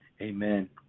Amen